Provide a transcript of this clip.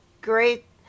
great